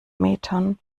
metern